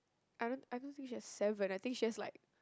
I don't I don't think she has seven I think she has like